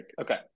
Okay